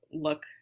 look